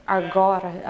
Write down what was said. agora